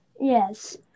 Yes